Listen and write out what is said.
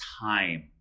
time